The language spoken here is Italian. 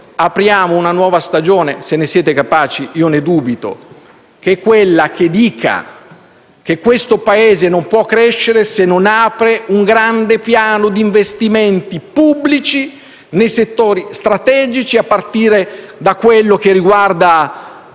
Apriamo una nuova stagione, se ne siete capaci (io ne dubito), quella che dica che questo Paese non può crescere se non apre un grande piano di investimenti pubblici nei settori strategici, a partire da quanto riguarda